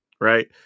Right